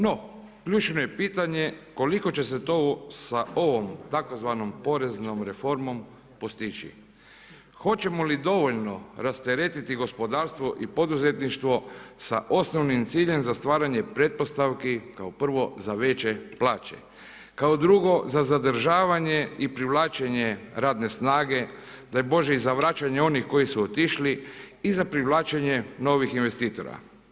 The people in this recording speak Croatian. No, ključno je pitanje koliko će se to sa ovom tzv. Poreznom reformom postići, hoćemo li dovoljno rasteretiti gospodarstvo i poduzetništvo sa osnovnim ciljem za stvaranje pretpostavki kao prvo za veće plaće, kao drugo za zadržavanje i privlačenje radne snage daj bože i za vraćanje onih koji su otišli i za privlačenje novih investitora.